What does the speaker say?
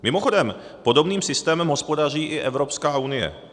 Mimochodem, podobným systémem hospodaří i Evropská unie.